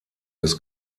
des